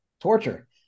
torture